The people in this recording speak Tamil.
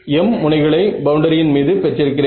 m முனைகளை பவுண்டரியின் மீது பெற்றிருக்கிறேன்